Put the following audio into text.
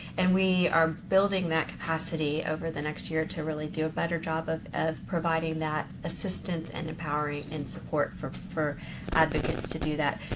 and we are building that capacity over the next year to really do a better job of of providing that assistance, and empowering, and support for for advocates to do that.